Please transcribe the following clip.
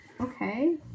Okay